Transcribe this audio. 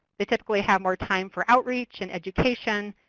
they typically have more time for outreach and education,